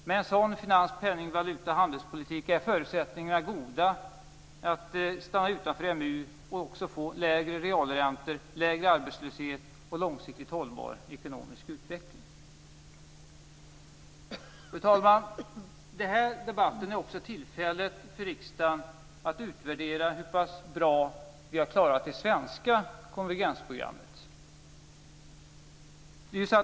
Med en sådan finans-, penning-, valuta och handelspolitik är förutsättningarna att stanna utanför EMU goda liksom förutsättningarna för lägre realräntor, lägre arbetslöshet och en långsiktigt hållbar ekonomisk utveckling. Fru talman! Den här debatten är också ett tillfälle för riksdagen att utvärdera hur pass bra vi har klarat det svenska konvergensprogrammet.